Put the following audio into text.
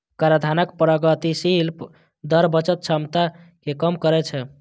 कराधानक प्रगतिशील दर बचत क्षमता कें कम करै छै